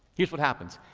here's what happens.